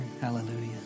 Hallelujah